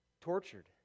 tortured